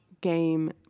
game